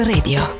Radio